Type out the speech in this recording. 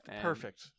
Perfect